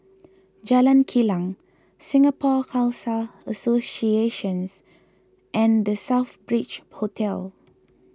Jalan Kilang Singapore Khalsa Associations and the Southbridge Hotel